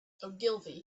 ogilvy